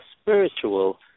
spiritual